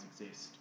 exist